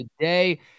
today